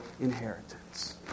inheritance